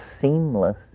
seamless